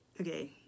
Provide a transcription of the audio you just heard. Okay